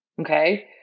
Okay